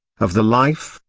of the life,